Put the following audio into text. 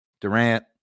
Durant